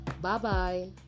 Bye-bye